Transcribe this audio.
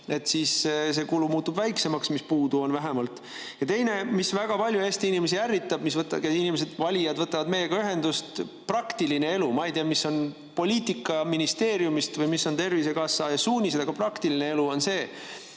–, siis see summa muutub väiksemaks, mis puudu on. Ja teine, mis väga palju Eesti inimesi ärritab. Valijad võtavad meiega ühendust, praktiline elu. Ma ei tea, mis poliitika ministeeriumis on või mis on Tervisekassa suunised, aga praktiline elu on see,